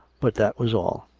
but that was all.